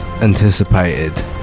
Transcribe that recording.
anticipated